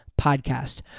Podcast